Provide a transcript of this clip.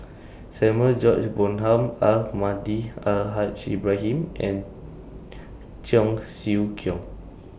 Samuel George Bonham Almahdi Al Haj Ibrahim and Cheong Siew Keong